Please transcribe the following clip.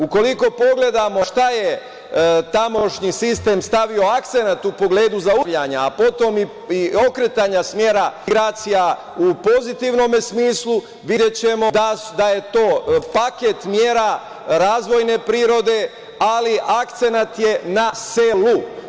Ukoliko pogledamo na šta je tamošnji sistem stavio akcenat u pogledu zaustavljanja, a potom i okretanja smera migracija u pozitivnom smislu videćemo da je to paket mera razvojne prirode, ali akcenat je na selu.